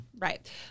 Right